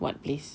what place